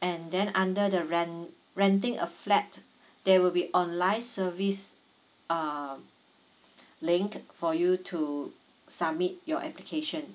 and then under the rent renting a flat there will be online service um link for you to submit your application